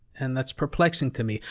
and that's perplexing to me.